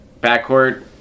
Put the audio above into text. backcourt